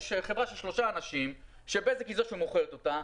יש חברה של שלושה אנשים שבזק היא זאת שמוכרת אותה.